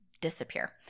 disappear